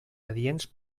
adients